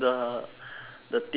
the theory that